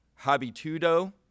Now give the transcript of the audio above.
habitudo